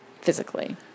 physically